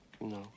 No